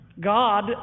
God